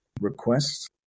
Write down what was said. request